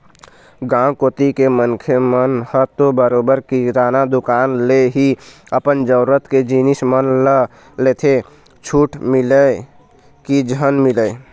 गाँव कोती के मनखे मन ह तो बरोबर किराना दुकान ले ही अपन जरुरत के जिनिस मन ल लेथे छूट मिलय की झन मिलय